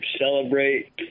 Celebrate